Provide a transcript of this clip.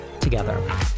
together